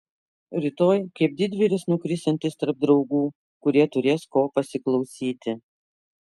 rytoj kaip didvyris nukrisiantis tarp draugų kurie turės ko pasiklausyti